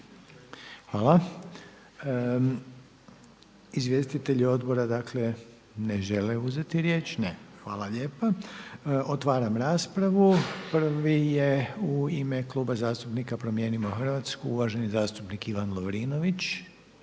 Hvala. Izvjestitelji odbora dakle ne žele uzeti riječ? Ne, hvala lijepa. Otvaram raspravu. Prvi je u ime Kluba zastupnika Promijenimo Hrvatsku uvaženi zastupnik Ivan Lovrinović,